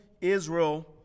Israel